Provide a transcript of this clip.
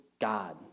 God